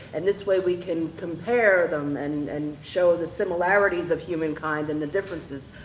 and this way we can compare them and and show the similarities of humankind and the differences.